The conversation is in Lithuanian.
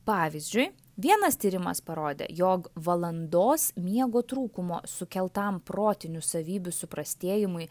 pavyzdžiui vienas tyrimas parodė jog valandos miego trūkumo sukeltam protinių savybių suprastėjimui